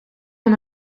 van